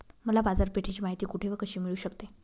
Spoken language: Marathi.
मला बाजारपेठेची माहिती कुठे व कशी मिळू शकते?